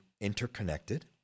interconnected